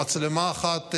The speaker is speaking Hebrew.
במצלמה אחת,